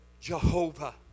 Jehovah